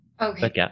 Okay